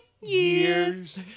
years